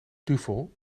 duvel